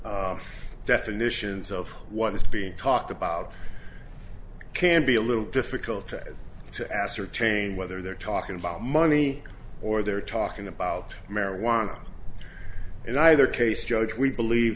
three definitions of what is being talked about can be a little difficult to ascertain whether they're talking about money or they're talking about marijuana in either case judge we believe